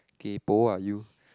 kaypoh ah you